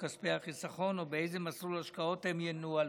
כספי החיסכון או באיזה מסלול השקעות הם ינוהלו.